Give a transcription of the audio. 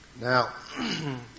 Now